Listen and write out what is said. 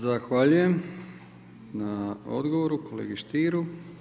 Zahvaljujem na odgovoru kolegi Stieru.